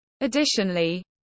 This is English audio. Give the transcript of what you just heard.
Additionally